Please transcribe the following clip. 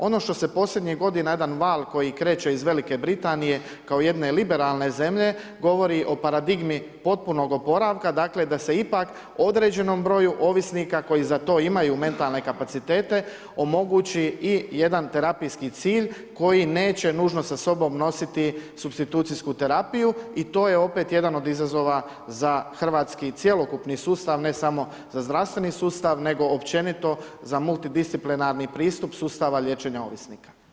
Ono što se posljednjih godina, jedan val koji kreće iz Velike Britanije, kao jedne liberalne zemlje, govori o paradigmi potpunog oporavka, dakle da se ipak određenom broju ovisnika koji za to imaju mentalne kapacitete, omogući i jedan terapijski cilj koji neće nužno sa sobom nositi supstitucijsku terapiju i to je opet jedan od izazova za hrvatski cjelokupni sustav, ne samo za zdravstveni sustav nego općenito za multidisciplinarni pristup sustava liječenja ovisnika.